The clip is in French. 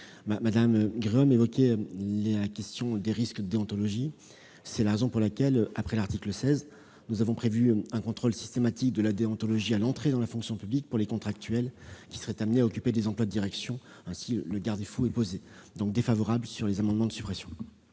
Mme Gréaume évoquait les risques en matière de déontologie. C'est la raison pour laquelle, après l'article 16, nous avons prévu un contrôle systématique de la déontologie à l'entrée dans la fonction publique pour les contractuels qui seraient conduits à occuper des emplois de direction. Ainsi le garde-fou est posé. Par conséquent, l'avis est défavorable sur les amendements de suppression.